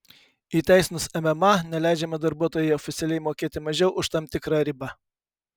įteisinus mma neleidžiama darbuotojui oficialiai mokėti mažiau už tam tikrą ribą